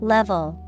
Level